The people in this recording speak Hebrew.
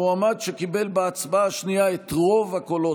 המועמד שקיבל בהצבעה השנייה את רוב הקולות